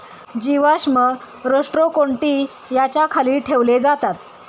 जीवाश्म रोस्ट्रोकोन्टि याच्या खाली ठेवले जातात